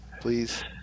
Please